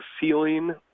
ceiling